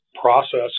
Process